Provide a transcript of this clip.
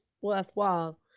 worthwhile